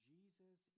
Jesus